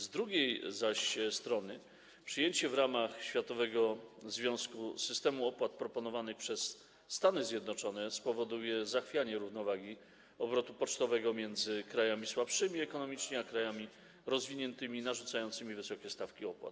Z drugiej zaś strony przyjęcie w ramach Światowego Związku Pocztowego systemu opłat proponowanych przez Stany Zjednoczone spowoduje zachwianie równowagi obrotu pocztowego między krajami słabszymi ekonomicznie a krajami rozwiniętymi narzucającymi wysokie stawki opłat.